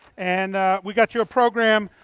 and we got you a program,